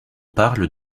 parle